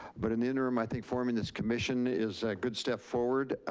but in the interim, i think forming this commission is a good step forward.